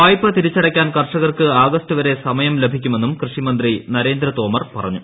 വായ്പ തിരിച്ചടയ്ക്കാൻ കർഷകർക്ക് ആഗസ്റ്റ് വരെ സമയം ലഭിക്കുമെന്നും കൃഷി മന്ത്രി നരേന്ദ്ര തോമർ പറഞ്ഞു